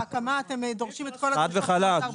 בהקמה אתם דורשים את כל --- חד וחלק,